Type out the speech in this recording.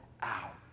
out